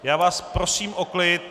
Já vás prosím o klid.